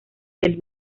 del